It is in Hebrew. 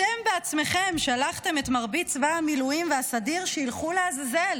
אתם בעצמכם שלחתם את מרבית צבא המילואים והסדיר שילכו לעזאזל,